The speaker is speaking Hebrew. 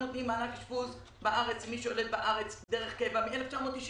אנחנו נותנים מענק אשפוז למי שיולדת בארץ בדרך קבע מ-1995.